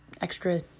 extra